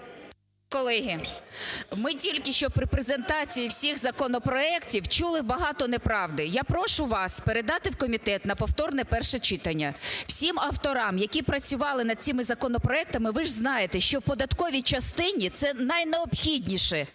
Колеги, ми тільки що при презентації всіх законопроектів чули багато неправди. Я прошу вас передати в комітет на повторне перше читання всім авторам, які працювали над цими законопроектами. Ви ж знаєте, що в податковій частині – це найнеобхідніше